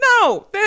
No